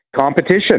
Competition